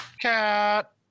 cat